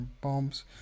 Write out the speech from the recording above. bombs